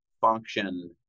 function